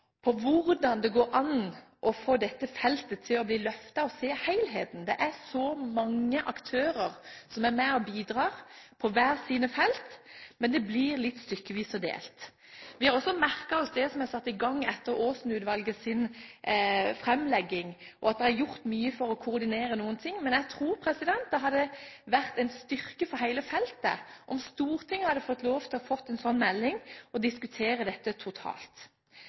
hvordan det går an å få dette feltet til å bli løftet og se helheten. Det er så mange aktører som er med og bidrar på hvert sitt felt, men det blir litt stykkevis og delt. Vi har også merket oss det som er satt i gang etter Aasen-utvalgets framlegging, og at det er gjort mye for å koordinere noe, men jeg tror det hadde vært en styrke for hele feltet om Stortinget hadde fått lov til å få en sånn melding og diskutere dette totalt